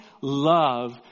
love